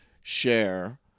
share